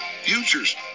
futures